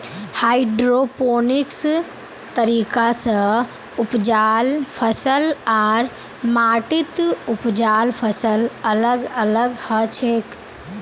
hydroponics तरीका स उपजाल फसल आर माटीत उपजाल फसल अलग अलग हछेक